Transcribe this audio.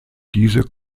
diese